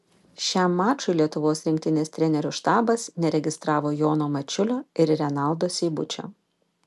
šiam mačui lietuvos rinktinės trenerių štabas neregistravo jono mačiulio ir renaldo seibučio